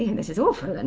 this is awful. and